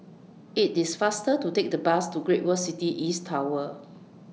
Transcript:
IT IS faster to Take The Bus to Great World City East Tower